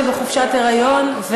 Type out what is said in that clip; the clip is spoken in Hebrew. שבחופשת היריון,